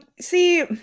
See